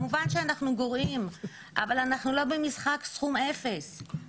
כמובן שאנחנו גורעים אבל אנחנו לא במשחק סכום אפס.